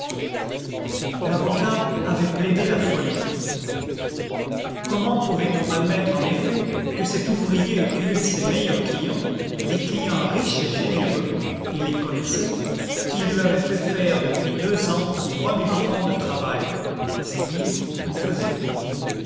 l'avocat avait plaidé la folie comment pouvait-on admettre en effet que cet ouvrier eût tué ses meilleurs clients des clients riches et généreux il les connaissait qui lui avaient fait faire depuis deux ans pour trois mille francs de travail